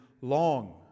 long